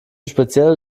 spezielle